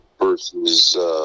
Versus